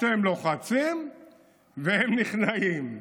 אתם לוחצים והם נכנעים,